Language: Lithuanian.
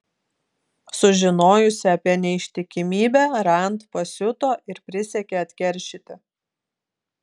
sužinojusi apie neištikimybę rand pasiuto ir prisiekė atkeršyti